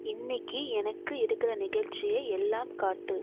இன்னைக்கி எனக்கு இருக்கிற நிகழ்ச்சியை எல்லாம் காட்டு